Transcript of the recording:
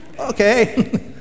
okay